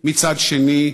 מצד שני.